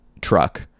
truck